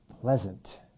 pleasant